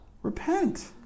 Repent